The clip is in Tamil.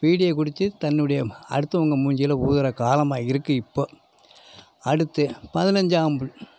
பீடியை குடித்து தன்னுடைய அடுத்தவங்க மூஞ்சியில ஊதுற காலமாக இருக்குது இப்போ அடுத்து பதினஞ்சாம்